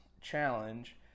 challenge